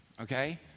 Okay